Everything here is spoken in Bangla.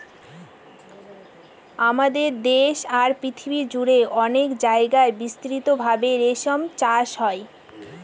আমাদের দেশে আর পৃথিবী জুড়ে অনেক জায়গায় বিস্তৃত ভাবে রেশম চাষ হয়